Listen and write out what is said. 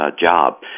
job